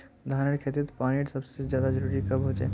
धानेर खेतीत पानीर सबसे ज्यादा जरुरी कब होचे?